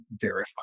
verify